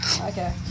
Okay